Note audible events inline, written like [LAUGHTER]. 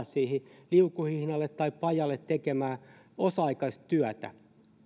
[UNINTELLIGIBLE] siihen liukuhihnalle tai pajalle tekemään osa aikaista työtä